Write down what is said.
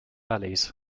bellies